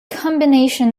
combination